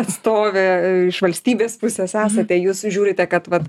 atstovė iš valstybės pusės esate jūs žiūrite kad va